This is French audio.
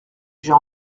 j’ai